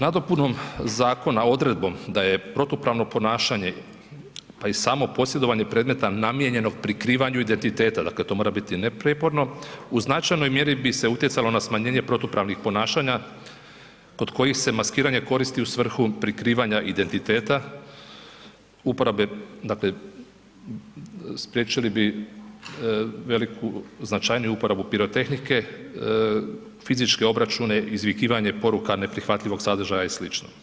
Nadopunom zakona odredbom da je protupravno ponašanje pa i samo posjedovanje predmeta namijenjeno prikrivanju identiteta dakle, to mora biti neprijeporno u značajnoj mjeri bi se utjecalo na smanjenje protupravnih ponašanja kod kojih se maskiranje koristi u svrhu prikrivanja identiteta uporabe dakle, spriječili bi veliku, značajniju uporabu pirotehnike, fizičke obračune, izvikivanje poruka neprihvatljivog sadržaja i sl.